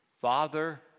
Father